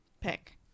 pick